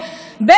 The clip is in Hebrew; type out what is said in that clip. סליחה,